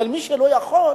אבל מי שלא יכול,